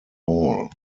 hall